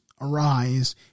arise